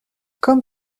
comme